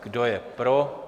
Kdo je pro?